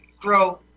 grow